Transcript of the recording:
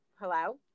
Hello